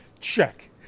check